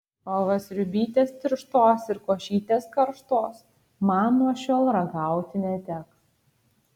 o va sriubytės tirštos ir košytės karštos man nuo šiol ragauti neteks